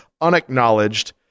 Unacknowledged